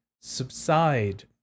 subside